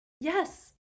Yes